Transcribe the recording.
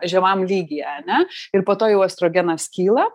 žemam lygyje ane ir po to jau estrogenas kyla